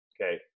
Okay